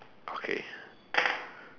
okay